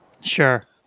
Sure